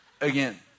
again